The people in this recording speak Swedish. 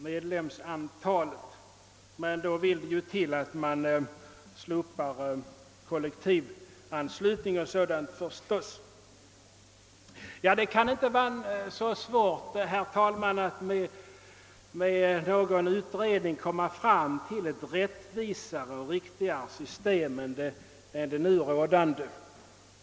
Men då vill det till att man slopar kollektivanslutningen förstås. Det kan, herr talman, inte vara svårt att genom en utredning komma fram till ett rättvisare och riktigare system än det nu rådande.